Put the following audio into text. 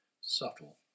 Subtle